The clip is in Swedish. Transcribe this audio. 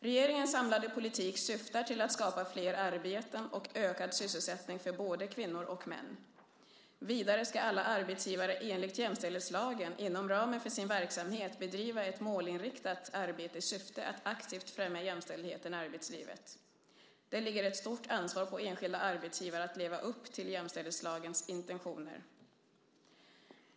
Regeringens samlade politik syftar till att skapa flera arbeten och ökad sysselsättning för både kvinnor och män. Vidare ska alla arbetsgivare enligt jämställdhetslagen inom ramen för sin verksamhet bedriva ett målinriktat arbete i syfte att aktivt främja jämställdhet i arbetslivet. Det ligger ett stort ansvar på enskilda arbetsgivare att leva upp till jämställdhetslagens intentioner.